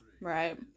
Right